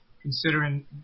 considering